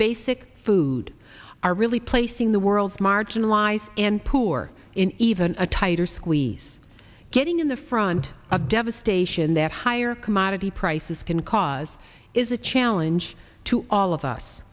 basic food are really placing the world's marginalized and poor in even a tighter squeeze getting in the front of devastation that higher commodity prices can cause is a challenge to all of us